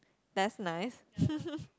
that's nice